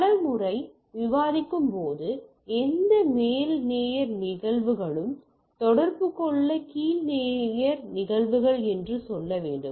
பல முறை விவாதிக்கும்போது எந்த மேல் லேயர் நிகழ்வுகளும் தொடர்பு கொள்ள கீழ் லேயர் என்று சொல்ல வேண்டும்